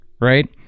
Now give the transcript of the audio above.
right